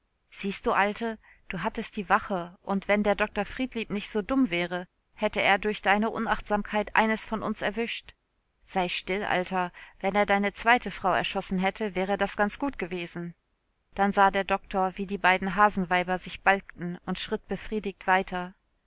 siehst du alte du hattest die wache und wenn der dr friedlieb nicht so dumm wäre hätte er durch deine unachtsamkeit eines von uns erwischt sei still alter wenn er deine zweite frau erschossen hätte wäre das ganz gut gewesen dann sah der doktor wie die beiden hasenweiber sich balgten und schritt befriedigt weiter